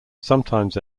sometimes